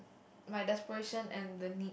my desperation and the need